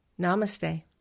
namaste